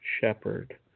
shepherd